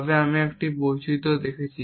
তবে আমরা একটি বৈচিত্র দেখেছি